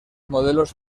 modelos